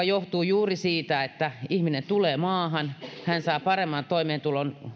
johtuu juuri siitä että kun ihminen tulee maahan hän saa paremman toimeentulon